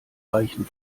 reichen